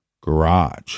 garage